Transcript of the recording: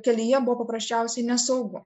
kelyje buvo paprasčiausiai nesaugu